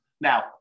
Now